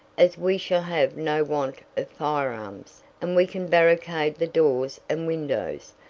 as we shall have no want of firearms and we can barricade the doors and windows,